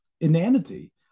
inanity